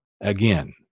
again